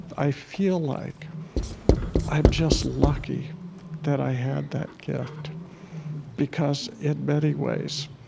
i feel like i'm just lucky that i had that gift because in many ways,